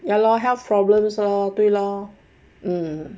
ya lor health problems lor 对咯 um